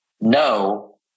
no